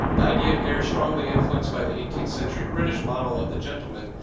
the idea here is strongly influenced by the eighteenth century british model of the gentleman,